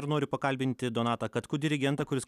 ir noriu pakalbinti donatą katkų dirigentą kuris